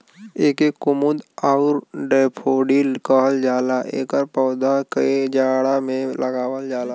एके कुमुद आउर डैफोडिल कहल जाला एकर पौधा के जाड़ा में लगावल जाला